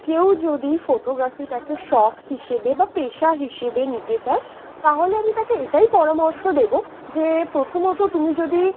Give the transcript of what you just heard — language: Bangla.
কেউ যদি ফটোগ্রাফিটাকে শখ হিসেবে বা পেশা হিসেবে নিতে চায় তাহলে আমি তাকে এটাই পরামর্শ দেবো যে প্রথমত তুমি যদি